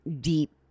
deep